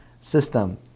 System